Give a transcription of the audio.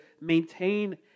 maintain